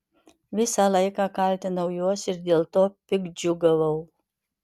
visą laiką kaltinau juos ir dėl to piktdžiugiavau